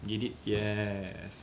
get it yes